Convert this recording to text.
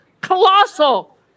colossal